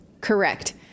Correct